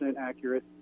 accurate